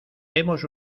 hemos